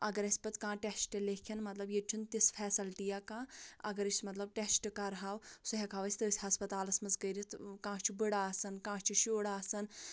اَگر اَسہِ پَتہٕ کانٛہہ ٹٮ۪سٹہٕ لٮ۪کھن مطلب ییٚتہِ چھُنہٕ تِژھ فیسَلٹیا کانٛہہ اَگر أسۍ مطلب ٹٮ۪سٹہٕ کَرہاو سُہ ہٮ۪کہٕ ہاو أسۍ تٔتھۍ ہسَپتالس منٛز کٔرِتھ کانٛہہ چھُ بٔڈٕ آسان کانٛہہ چھُ شُر آسان